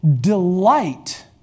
delight